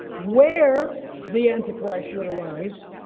where the antichrist would arise,